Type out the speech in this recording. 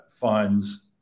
funds